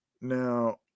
now